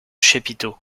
chapiteau